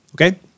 okay